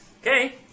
Okay